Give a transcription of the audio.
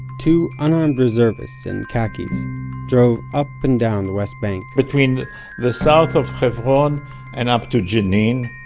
two unarmed reservists in khakis drove up and down the west bank between the south of hebron and up to jenin,